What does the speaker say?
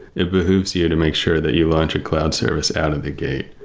it behooves you to make sure that you launch a cloud service out of the gate,